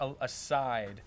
aside